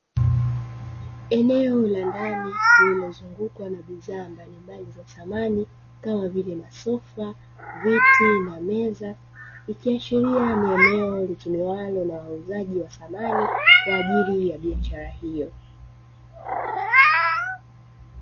Eneo la ndani limezungukwa na bidhaa mbalimbali za samani kama vile masofa, viti na meza ikiashiria ni eneo litumiwalo na wauzaji wa samani kwa ajili ya biashara hiyo.